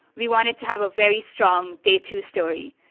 we wanted to have a very strong day two story.